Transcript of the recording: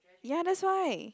ya that's why